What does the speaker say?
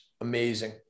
amazing